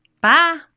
Bye